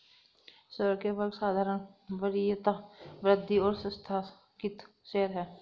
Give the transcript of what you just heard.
शेयरों के वर्ग साधारण, वरीयता, वृद्धि और आस्थगित शेयर हैं